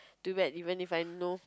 too bad even If I know